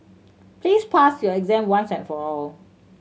please pass your exam once and for all